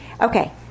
Okay